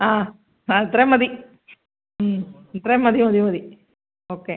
ആ ആ ഇത്രേം മതി ഇത്രേം മതി മതി മതി ഓക്കെ